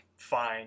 Fine